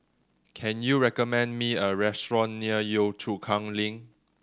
can you recommend me a restaurant near Yio Chu Kang Link